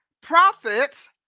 Prophets